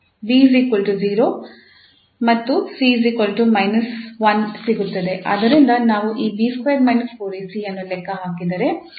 ಆದ್ದರಿಂದ ನಾವು ಈ 𝐵2 − 4𝐴𝐶 ಅನ್ನು ಲೆಕ್ಕ ಹಾಕಿದರೆ ಅದು 4𝜆2 ಎಂದು ಬರುತ್ತದೆ